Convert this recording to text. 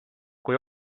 kui